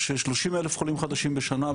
יש 30 אלף חולים חדשים בשנה,